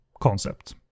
concept